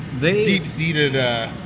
deep-seated